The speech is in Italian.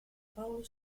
paolo